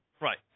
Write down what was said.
Right